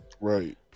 Right